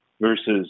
versus